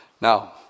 Now